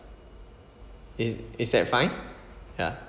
it's is that fine ya